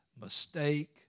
mistake